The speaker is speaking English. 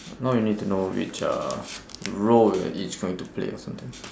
now we need to know which uh role we are each going to play or something